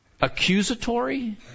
accusatory